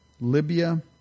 Libya